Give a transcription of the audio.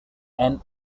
and